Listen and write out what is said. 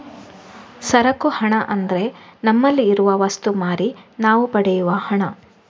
ಸರಕು ಹಣ ಅಂದ್ರೆ ನಮ್ಮಲ್ಲಿ ಇರುವ ವಸ್ತು ಮಾರಿ ನಾವು ಪಡೆಯುವ ಹಣ